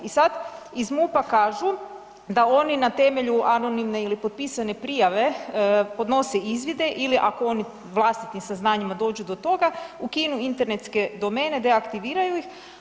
I sad iz MUP-a kažu da oni na temelju anonimne ili potpisane prijave podnose izvide ili ako oni vlastitim saznanjima dođu do toga ukinu internetske domene, deaktiviraju ih.